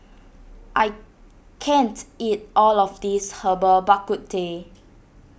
I can't eat all of this Herbal Bak Ku Teh